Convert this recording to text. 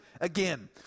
again